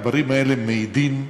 הדברים האלה מעידים,